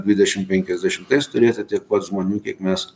dvidešimt penkiasdešimtais turėsit tiek pat žmonių kiek mes